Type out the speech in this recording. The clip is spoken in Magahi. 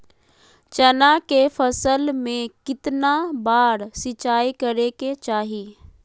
चना के फसल में कितना बार सिंचाई करें के चाहि?